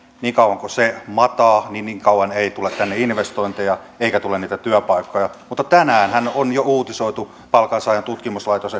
niin kauan kuin se mataa niin niin kauan ei tule tänne investointeja eikä tule niitä työpaikkoja mutta tänäänhän on palkansaajien tutkimuslaitos